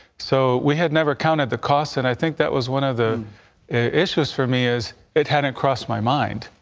so we had never counted the cost and i think that was one of the it was for me is it hadn't crossed my mind.